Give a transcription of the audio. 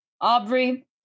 Aubrey